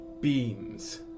beams